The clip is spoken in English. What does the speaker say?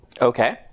Okay